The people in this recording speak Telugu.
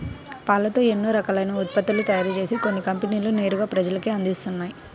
పాలతో ఎన్నో రకాలైన ఉత్పత్తులను తయారుజేసి కొన్ని కంపెనీలు నేరుగా ప్రజలకే అందిత్తన్నయ్